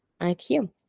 IQ